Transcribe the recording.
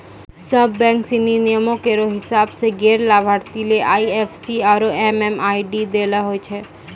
सब बैंक सिनी नियमो केरो हिसाब सें गैर लाभार्थी ले आई एफ सी आरु एम.एम.आई.डी दै ल होय छै